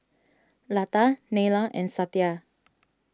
Lata Neila and Satya